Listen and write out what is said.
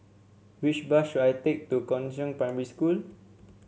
which bus should I take to Chongzheng Primary School